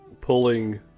pulling